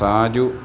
Saju